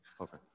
Okay